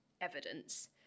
evidence